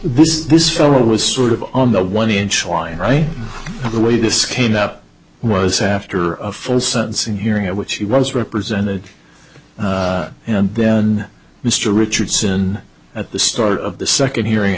this is this fellow was sort of on the one inch wire right now the way this came up was after of full sentencing hearing at which he was represented and then mr richardson at the start of the second hearing